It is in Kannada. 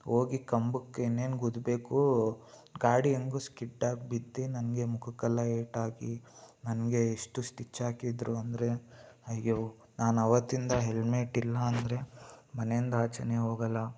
ಹೋಗಿ ಕಂಬಕ್ಕಿನ್ನೇನು ಗುದ್ದಬೇಕು ಗಾಡಿ ಹೆಂಗೊ ಸ್ಕಿಡ್ಡಾಗಿ ಬಿದ್ದೆ ನನಗೆ ಮುಖಕ್ಕೆಲ್ಲ ಏಟಾಗಿ ನನಗೆ ಇಷ್ಟು ಸ್ಟಿಚ್ ಹಾಕಿದರು ಅಂದರೆ ಅಯ್ಯೋ ನಾನು ಆವತ್ತಿಂದ ಹೆಲ್ಮೆಟ್ ಇಲ್ಲ ಅಂದರೆ ಮನೆಯಿಂದ ಆಚೆನೇ ಹೋಗಲ್ಲ